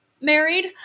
married